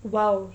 !wow!